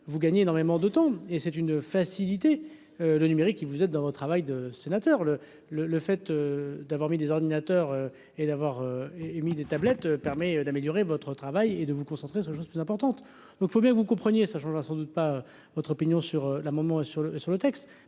vous gagner énormément de temps et c'est une facilité. Le numérique, il vous êtes dans votre travail de sénateurs le le le fait d'avoir mis des ordinateurs et d'avoir émis des tablettes permet d'améliorer votre travail et de vous concentrer sur la choses. Une importante donc, faut bien que vous compreniez ça changera sans doute pas votre opinion sur la maman sur le sur le texte,